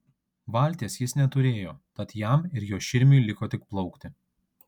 valties jis neturėjo tad jam ir jo širmiui liko tik plaukti